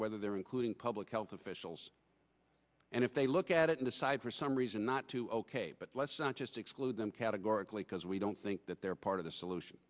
whether there including public health officials and if they look at it in the side for some reason not to ok but let's not just exclude them categorically because we don't think that they're part of the solution